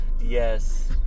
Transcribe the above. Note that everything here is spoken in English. Yes